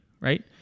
right